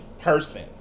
person